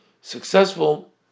successful